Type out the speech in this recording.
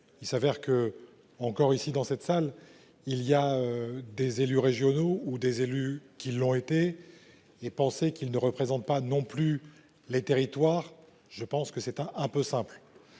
Il s'avère que encore ici dans cette salle, il y a des élus régionaux ou des élus qui l'ont été il pensé qu'il ne représente pas non plus les territoires. Je pense que c'est un, un peu simple.